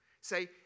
say